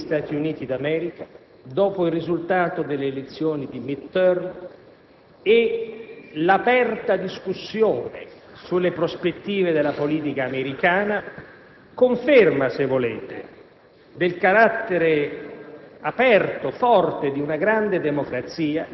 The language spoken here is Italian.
come dimostra il travagliato dibattito apertosi negli Stati Uniti d'America dopo il risultato dell'elezione di *midterm* e l'aperta discussione sulle prospettive della politica americana, conferma - se volete